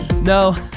No